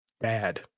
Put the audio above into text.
Bad